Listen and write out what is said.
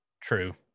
True